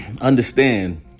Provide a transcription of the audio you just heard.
understand